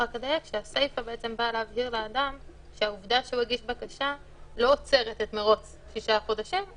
סעיף 16 קובע שצריך לשלם בתוך 60 יום